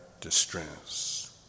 distress